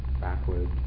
backward